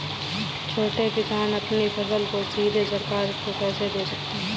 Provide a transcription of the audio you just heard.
छोटे किसान अपनी फसल को सीधे सरकार को कैसे दे सकते हैं?